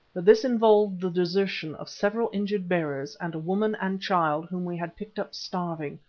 but this involved the desertion of several injured bearers and a woman and child whom we had picked up starving,